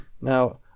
Now